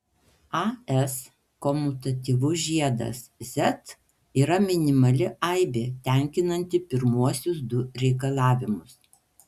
as komutatyvus žiedas z yra minimali aibė tenkinanti pirmuosius du reikalavimus